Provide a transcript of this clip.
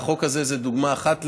והחוק הזה הוא דוגמה אחת.